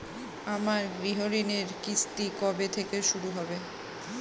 আমার গৃহঋণের কিস্তি কবে থেকে শুরু হবে?